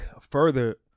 further